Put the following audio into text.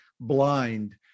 blind